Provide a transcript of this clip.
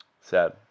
Sad